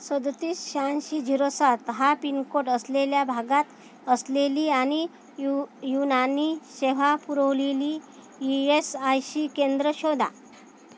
सदतीस शहाऐंशी झिरो सात हा पिनकोड असलेल्या भागात असलेली आणि यु युनानी सेवा पुरोलीली ई एस आय सी केंद्र शोधा